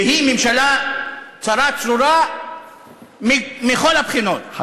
והיא ממשלה צרה צרורה מכל הבחינות,